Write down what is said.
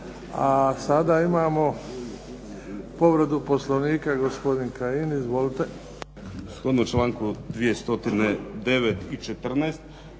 A sada imamo povredu Poslovnika, gospodin Kajin. Izvolite.